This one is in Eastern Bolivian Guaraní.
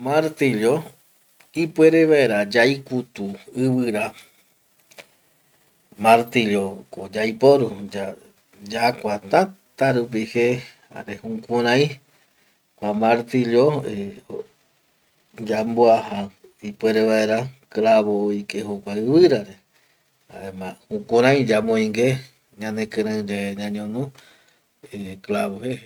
Martillo ipuere vaera yaikutu ivira, martilloko yaiporu yave yakua täta rupi je, jare jukurai kua martillo yamboaja ipuere vaera clavo oike jokua ivirare jaema jukurai yamoigue ñanekireiyae ñañono clavo je